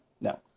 no